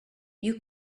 you